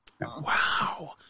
Wow